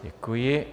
Děkuji.